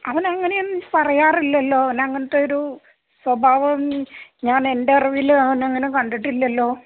അവൻ അങ്ങനെയൊന്നും പറയാറില്ലല്ലോ അവന് അങ്ങനത്തെ ഒരു സ്വഭാവം ഞാൻ എൻ്റെ അറിവിൽ അവൻ അങ്ങനെ കണ്ടിട്ടില്ലല്ലോ